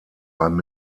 einem